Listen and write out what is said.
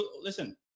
Listen